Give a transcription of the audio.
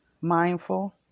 mindful